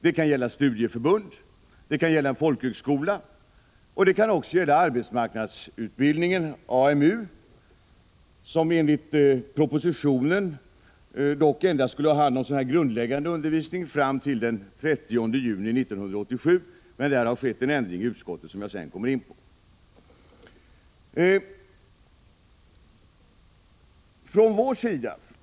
Det kan gälla studieförbund och folkhögskolor och det kan gälla arbetsmarknadsutbildning, AMU, som enligt propositionen dock endast skulle ha hand om grundläggande undervisning fram till den 30 juni 1987. I fråga om detta har det skett en ändring i utskottet som jag återkommer till.